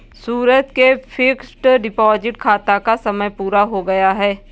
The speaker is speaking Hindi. सूरज के फ़िक्स्ड डिपॉज़िट खाता का समय पूरा हो गया है